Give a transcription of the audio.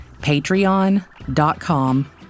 Patreon.com